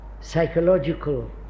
psychological